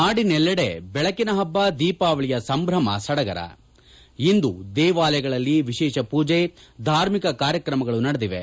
ನಾಡಿನೆಲ್ಲೆಡೆ ಬೆಳಕಿನ ಹಬ್ಬ ದೀಪಾವಳಿಯ ಸಂಭ್ರಮ ಸಡಗರ ಇಂದು ದೇವಾಲಯಗಳಲ್ಲಿ ವಿಶೇಷ ಪೂಜೆ ಧಾರ್ಮಿಕ ಕಾರ್ಯಕ್ರಮಗಳು ನಡೆದಿವೆ